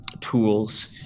tools